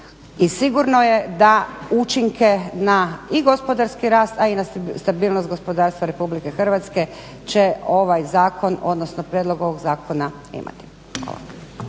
sigurno je da učinke na i gospodarski rast, a i na stabilnost gospodarstva Republike Hrvatske će ovaj zakon, odnosno prijedlog ovog zakona imati.